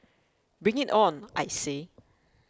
bring it on I say